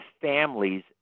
families